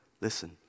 Listen